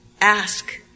ask